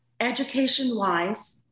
education-wise